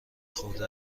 خورده